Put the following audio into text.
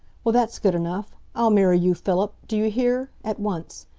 well, that's good enough. i'll marry you, philip do you hear at once.